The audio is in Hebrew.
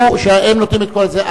שהם נותנים את כל זה.